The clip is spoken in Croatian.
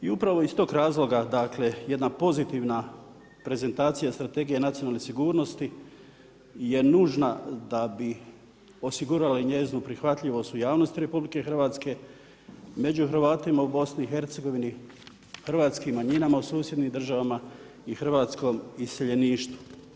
I upravo iz tog razloga, jedna pozitivna prezentacija strategije nacionalne sigurnosti, je nužna da bi osigurala i njezinu prihvatljivost u javnosti RH, među Hrvatima u BIH, hrvatskim manjinama u susjednim državama i hrvatskom iseljeništvu.